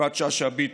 יפעת שאשא ביטון,